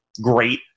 Great